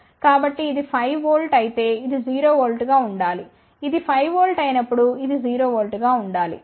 కాబట్టి ఇది 5 V అయితే ఇది 0 V గా ఉండాలి ఇది 5 V అయినప్పుడు ఇది 0 V గా ఉండాలి